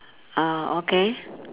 ah okay